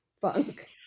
funk